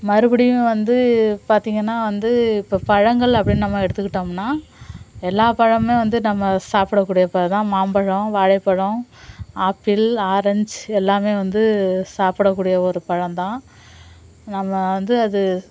மறுபடியும் வந்து பார்த்தீங்கன்னா வந்து இப்போ பழங்கள் அப்படின்னு நம்ம எடுத்துக்கிட்டம்ன்னா எல்லா பழம்முமே வந்து நம்ம சாப்பிடக்கூடிய பழம்தான் மாம்பழம் வாழைப்பழம் ஆப்பிள் ஆரஞ்சு எல்லாமே வந்து சாப்டக்கூடிய ஒரு பழம்தான் நம்ம வந்து அது